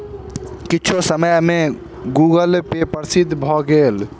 किछुए समय में गूगलपे बहुत प्रसिद्ध भअ भेल